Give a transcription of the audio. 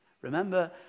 remember